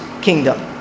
kingdom